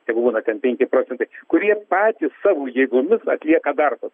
tegul būna ten penki procentai kurie patys savo jėgomis atlieka darbus